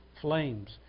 flames